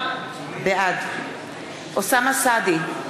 בעד אוסאמה סעדי,